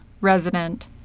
resident